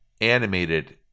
animated